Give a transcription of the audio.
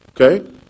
Okay